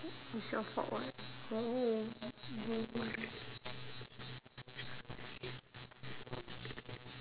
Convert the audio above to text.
it's your fault [what] but anyway m~ my